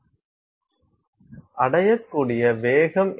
அடையக்கூடிய வேகம் என்ன